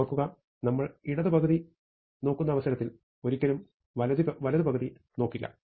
ഓർക്കുക നമ്മൾ ഇടത് പകുതി നോക്കുന്ന അവസരത്തിൽ ഒരിക്കലും വലതുപകുതി നോക്കില്ല